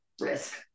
risk